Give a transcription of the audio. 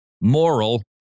moral